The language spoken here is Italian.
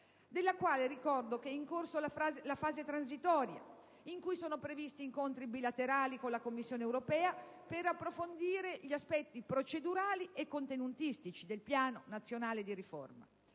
Della quale ricordo che è in corso la fase transitoria, in cui sono previsti incontri bilaterali con la Commissione europea per approfondire gli aspetti procedurali e contenutistici del piano nazionale di riforma.